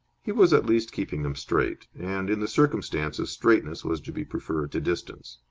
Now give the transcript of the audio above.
he was at least keeping them straight. and in the circumstances straightness was to be preferred to distance.